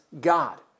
God